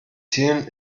zielen